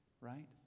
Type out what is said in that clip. right